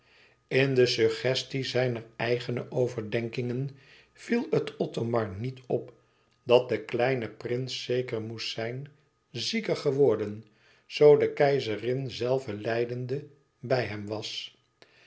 in de suggestie zijner eigene overdenkingen viel het othomar niet op dat de kleine prins zeker moest zijn zieker geworden zoo de keizerin zelve lijdende bij hem was